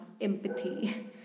empathy